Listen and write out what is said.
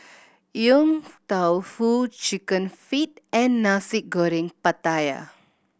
Yong Tau Foo Chicken Feet and Nasi Goreng Pattaya